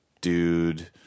dude